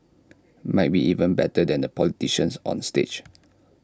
might be even better than the politicians on stage